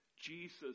Jesus